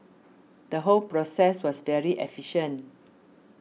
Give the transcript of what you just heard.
the whole process was very efficient